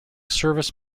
service